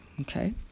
okay